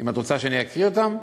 את רוצה שאני אקריא אותם?